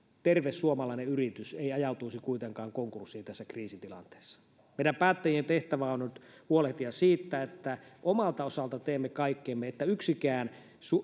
terve suomalainen yritys ei ajautuisi kuitenkaan konkurssiin tässä kriisitilanteessa meidän päättäjien tehtävä on on nyt huolehtia siitä että omalta osaltamme teemme kaikkemme että yksikään